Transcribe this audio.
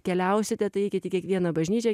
keliausite tai eikit į kiekvieną bažnyčią